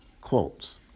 quotes